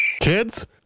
Kids